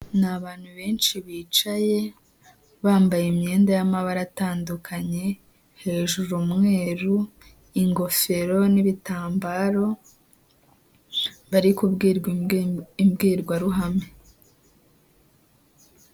Ni abantu benshi bicaye bambaye imyenda y'amabara atandukanye, hejuru umweru, ingofero n'ibitambaro, bari kubwirwa imbwirwaruhame.